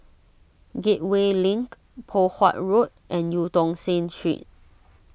Gateway Link Poh Huat Road and Eu Tong Sen Street